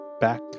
Back